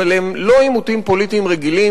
אבל הם לא עימותים פוליטיים רגילים,